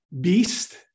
beast